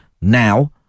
now